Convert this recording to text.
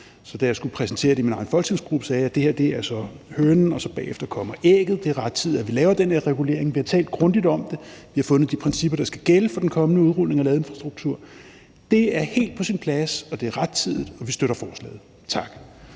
Så da jeg skulle præsentere det i min egen folketingsgruppe, sagde jeg, at det her så er hønen, og så bagefter kommer ægget; det er rettidigt, at vi laver den her regulering. Vi har talt grundigt om det, og vi har fundet de principper, der skal gælde for den kommende udrulning af ladeinfrastruktur. Det er helt på sin plads, det er rettidigt, og vi støtter forslaget. Tak.